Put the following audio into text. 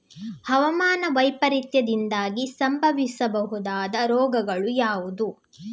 ಹವಾಮಾನ ವೈಪರೀತ್ಯದಿಂದಾಗಿ ಸಂಭವಿಸಬಹುದಾದ ರೋಗಗಳು ಯಾವುದು?